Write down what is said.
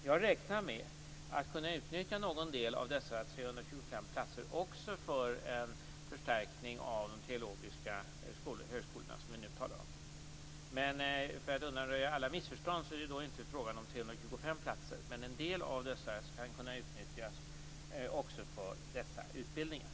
Jag räknar med att kunna utnyttja någon del av dessa 325 platser också för en förstärkning av de teologiska högskolor som vi nu talar om. För att undanröja alla missförstånd vill jag säga att det inte är fråga om 325 platser men en del av platserna skall kunna utnyttjas också för dessa utbildningar.